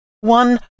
One